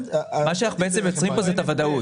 מה שאנחנו יוצרים כאן, זה את הוודאות.